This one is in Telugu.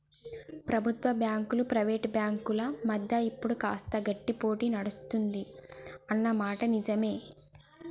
ప్రభుత్వ బ్యాంకులు ప్రైవేట్ బ్యాంకుల మధ్య ఇప్పుడు కాస్త గట్టి పోటీ నడుస్తుంది అన్న మాట నిజవే